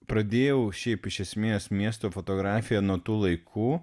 pradėjau šiaip iš esmės miesto fotografiją nuo tų laikų